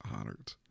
Honored